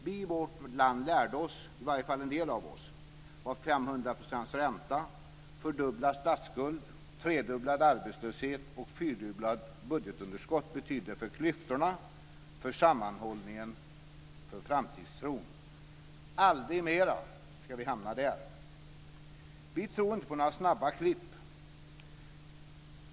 Vi i vårt land lärde oss, i varje fall en del av oss, vad 500 % ränta, fördubblad statsskuld, tredubblad arbetslöshet och fyrdubblat budgetunderskott betydde för klyftorna, för sammanhållningen, för framtidstron. Aldrig mera ska vi hamna där. Vi tror inte på några snabba klipp.